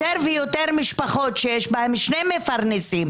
יותר ויותר משפחות שיש בהן שני מפרנסים,